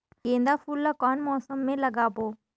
गेंदा फूल ल कौन मौसम मे लगाबो?